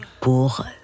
pour